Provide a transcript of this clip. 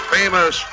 famous